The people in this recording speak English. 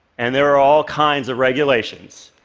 and there were all kinds of regulations.